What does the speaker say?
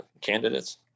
candidates